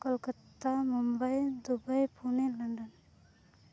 Kolkata Mumbai Dubai Pune London